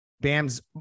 Bam's